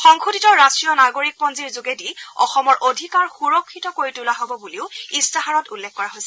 সংশোধিত ৰাষ্ট্ৰীয় নাগৰিকপঞ্জীৰ যোগেদি অসমৰ অধিকাৰ সুৰক্ষিত কৰি তোলা হ'ব বুলিও ইস্তাহাৰত উল্লেখ কৰা হৈছে